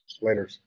Later